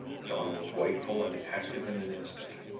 john was wakeful and active in an instant.